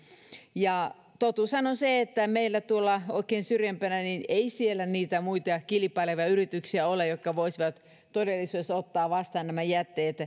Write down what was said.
totuushan on se ettei meillä tuolla syrjempänä oikein niitä muita kilpailevia yrityksiä ole jotka voisivat todellisuudessa ottaa vastaan nämä jätteet